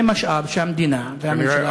זה משאב שהמדינה והממשלה צריכות,